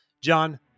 John